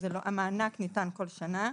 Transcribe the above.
המענק ניתן כל שנה.